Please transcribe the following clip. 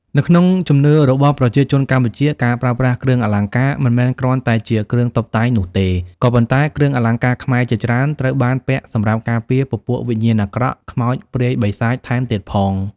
នៅក្នុងជំនឿរបស់ប្រជាជនកម្ពុជាការប្រើប្រាស់ គ្រឿងអលង្ការ មិនមែនគ្រាន់តែជាគ្រឿងតុបតែងនោះទេ ក៏ប៉ុន្តែគ្រឿងអលង្កាខ្មែរជាច្រើនត្រូវបានពាក់សម្រាប់ការពារពពួកវិញ្ញាណអាក្រក់ ខ្មោច ព្រាយ បិសាចថែមទៀតផង។